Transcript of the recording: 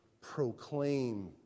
proclaim